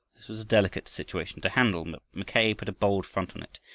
this was a delicate situation to handle, but mackay put a bold front on it.